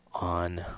on